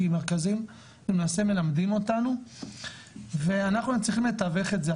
כי מרכזים הם למעשה מלמדים אותנו ואנחנו צריכים לתווך את זה.